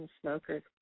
smokers